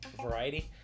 variety